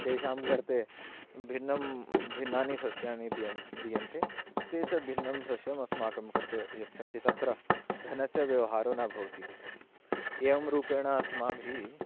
तेषां कृर्ते भिन्नानि सस्यानि दीयन्ते ते च भिन्नं सस्यम् अस्माकं कृते यच्छन्ति तत्र धनस्य व्यवहारो न भवति एवं रूपेण अस्माभिः